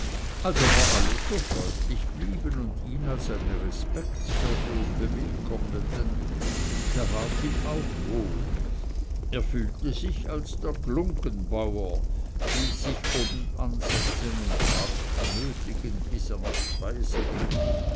aber alle so freundlich blieben und ihn als eine respektsperson bewillkommneten da ward ihm auch wohl er fühlte sich als der glunggenbauer ließ sich obenansetzen und hart nötigen bis er nach